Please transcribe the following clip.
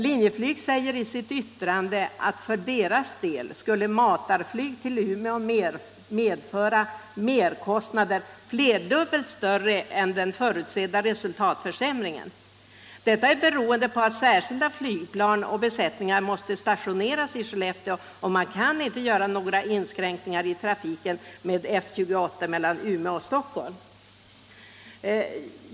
Linjeflyg säger i sitt yttrande att för Linjeflygs del skulle matarflyg till Umeå medföra merkostnader flerdubbelt större än den förutsedda resultatförsämringen — detta beroende på att särskilda flygplan och besättningar måste stationeras i Skellefteå. Man kan inte göra några inskränkningar i trafiken med F-28 mellan Umeå och Stockholm.